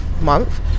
month